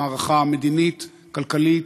מערכה מדינית, כלכלית,